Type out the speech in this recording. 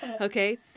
Okay